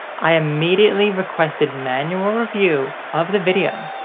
i immediately requested manual review of the video.